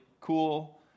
cool